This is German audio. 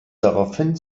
daraufhin